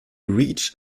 reach